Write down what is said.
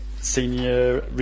Senior